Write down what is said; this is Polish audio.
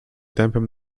tempem